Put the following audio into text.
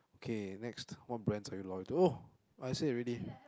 K next what brands are you loyal oh I said already